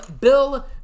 Bill